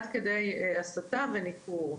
עד כדי הסתה וניכור.